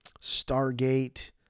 Stargate